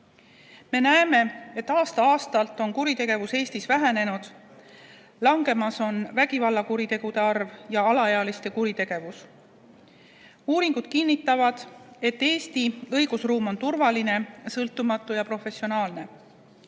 Me näeme, et aasta-aastalt on kuritegevus Eestis vähenenud. Langemas on vägivallakuritegude arv ja alaealiste kuritegevus. Uuringud kinnitavad, et Eesti õigusruum on turvaline, sõltumatu ja professionaalne.